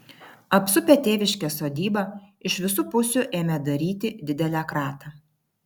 apsupę tėviškės sodybą iš visų pusių ėmė daryti didelę kratą